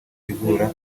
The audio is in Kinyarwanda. ivura